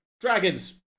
dragons